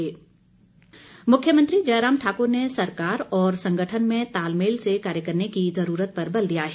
मण्डल मिलन मुख्यमंत्री जयराम ठाक्र ने सरकार और संगठन में तालमेल से कार्य करने की जरूरत पर बल दिया है